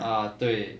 啊对